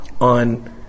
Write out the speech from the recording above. on